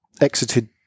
exited